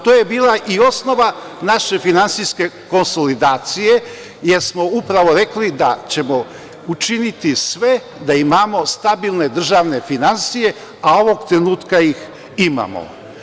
To je bila i osnova naše finansijske konsolidacije, jer smo upravo rekli da ćemo učiniti sve da imamo stabilne državne finansije, a ovog trenutka ih imamo.